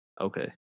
Okay